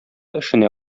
эшенә